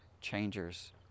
changers